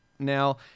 Now